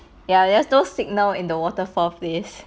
ya there's no signal in the waterfall please